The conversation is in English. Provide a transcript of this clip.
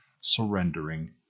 surrendering